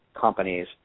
companies